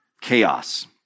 Chaos